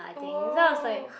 oh